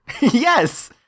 Yes